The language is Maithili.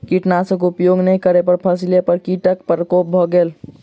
कीटनाशक उपयोग नै करै पर फसिली पर कीटक प्रकोप भ गेल